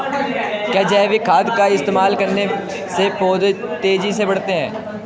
क्या जैविक खाद का इस्तेमाल करने से पौधे तेजी से बढ़ते हैं?